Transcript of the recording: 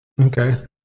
Okay